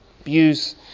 abuse